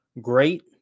great